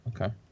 Okay